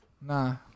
Nah